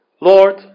Lord